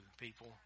people